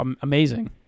amazing